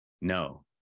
no